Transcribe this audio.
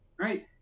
right